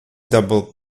double